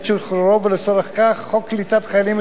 ולצורך כך חוק קליטת חיילים משוחררים,